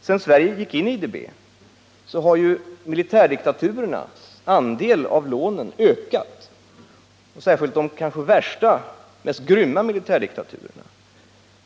Sedan Sverige gick in i IDB har ju militärdiktaturernas andel av lånen ökat, särskilt de värsta och grymmaste militärdiktaturernas.